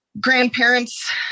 grandparents